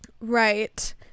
Right